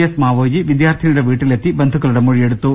S മാവോജി വിദ്യാർത്ഥിനിയുടെ വീട്ടിലെത്തി ബന്ധുക്കളുടെ മൊഴി യെടുത്തു